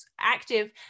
active